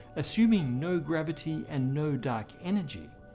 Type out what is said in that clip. assuming no gravity and no dark energy.